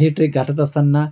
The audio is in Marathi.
हे ट्रेक गाठत असताना